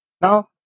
Now